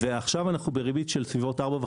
עכשיו אנחנו עם ריבית של כ-4.5%-5%,